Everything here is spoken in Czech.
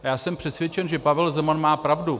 Já jsem přesvědčen, že Pavel Zeman má pravdu.